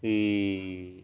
ಈ